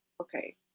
okay